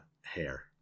hair